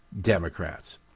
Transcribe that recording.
Democrats